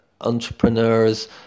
entrepreneurs